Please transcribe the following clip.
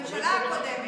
הממשלה הקודמת,